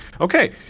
okay